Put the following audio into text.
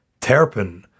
terpen